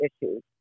issues